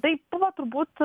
tai buvo turbūt